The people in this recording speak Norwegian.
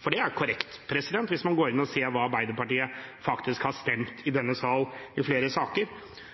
for det er korrekt, hvis man går inn og ser hvordan Arbeiderpartiet faktisk har stemt i denne sal i flere saker.